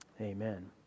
Amen